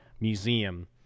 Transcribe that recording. Museum